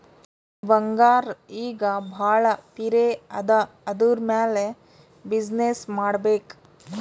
ಬಂಗಾರ್ ಈಗ ಭಾಳ ಪಿರೆ ಅದಾ ಅದುರ್ ಮ್ಯಾಲ ಬಿಸಿನ್ನೆಸ್ ಮಾಡ್ಬೇಕ್